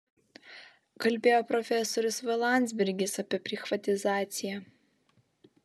kalbėjo profesorius v landsbergis apie prichvatizaciją